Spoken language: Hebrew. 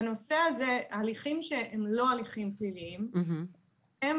הליכים שהם לא הליכים פליליים, אין